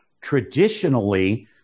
Traditionally